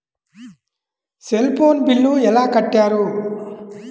Cell phone bill ఎలా కట్టారు?